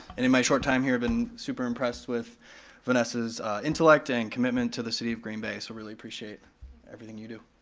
in my short time here i've been super impressed with vanessa's intellect and commitment to the city of green bay, so really appreciate everything you do.